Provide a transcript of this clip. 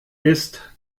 ist